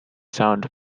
sound